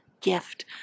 gift